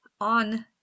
on